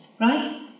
Right